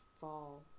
fall